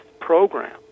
Program